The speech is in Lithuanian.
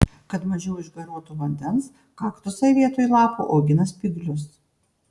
kad mažiau išgaruotų vandens kaktusai vietoj lapų augina spyglius